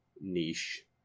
niche